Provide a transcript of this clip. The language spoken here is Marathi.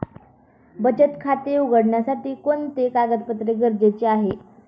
बचत खाते उघडण्यासाठी कोणते कागदपत्रे गरजेचे आहे?